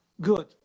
good